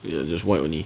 ya just white only